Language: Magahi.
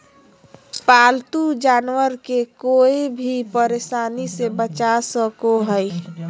पालतू जानवर के कोय भी परेशानी से बचा सको हइ